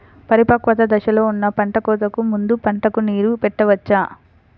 పరిపక్వత దశలో ఉన్న పంట కోతకు ముందు పంటకు నీరు పెట్టవచ్చా?